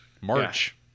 March